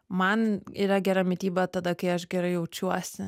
man yra gera mityba tada kai aš gerai jaučiuosi